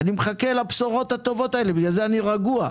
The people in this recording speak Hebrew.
אני מחכה לבשורות הטובות האלה, בגלל זה אני רגוע.